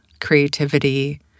creativity